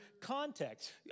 context